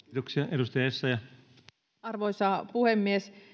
arvoisa puhemies